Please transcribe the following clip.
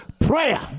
prayer